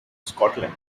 scotland